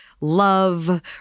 love